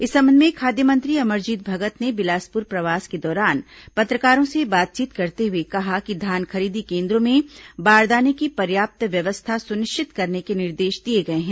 इस संबंध में खाद्य मंत्री अमरजीत भगत ने बिलासपुर प्रवास के दौरान पत्रकारों से बातचीत करते हुए कहा कि धान खरीदी केन्द्रों में बारदाने की पर्याप्त व्यवस्था सुनिश्चित करने के निर्देश दिए गए हैं